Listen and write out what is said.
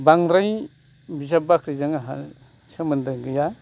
बांद्राय बिजाब बाख्रिजों आंहा सोमोन्दो गैया